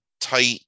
tight